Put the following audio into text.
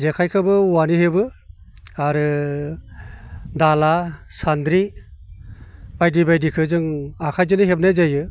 जेखाइखौबो औवानि हेबो आरो दाला सान्द्रि बायदि बायदिखौ जों आखाइजोंनो हेबनाय जायो